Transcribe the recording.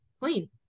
clean